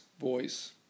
voice